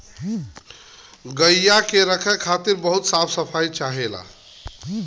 गइया के रखे खातिर बहुत साफ सफाई चाहेला